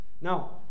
Now